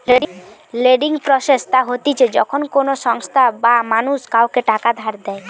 lending process তা হতিছে যখন কোনো সংস্থা বা মানুষ কাওকে টাকা ধার দেয়